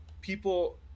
people